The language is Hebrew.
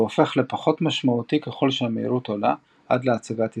והופך לפחות משמעותי ככל שהמהירות עולה עד להשגת יציבות.